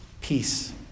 peace